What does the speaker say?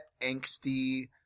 angsty